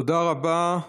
תודה רבה.